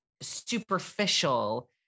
superficial